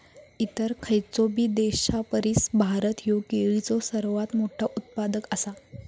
इतर खयचोबी देशापरिस भारत ह्यो केळीचो सर्वात मोठा उत्पादक आसा